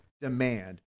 demand